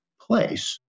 place